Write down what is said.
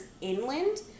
inland